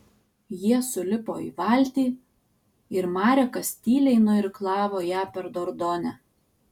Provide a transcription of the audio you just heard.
jie sulipo į valtį ir marekas tyliai nuirklavo ją per dordonę